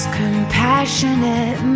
compassionate